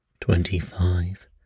Twenty-five